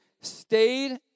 stayed